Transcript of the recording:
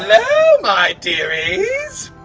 hello my deary's!